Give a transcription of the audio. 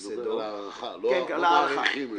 אתה מדבר על ההארכה, שלא מאריכים.